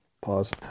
Pause